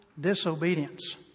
disobedience